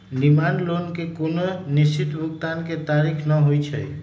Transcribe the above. demand loan के कोनो निश्चित भुगतान के तारिख न होइ छइ